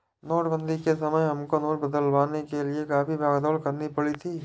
नोटबंदी के समय हमको नोट बदलवाने के लिए काफी भाग दौड़ करनी पड़ी थी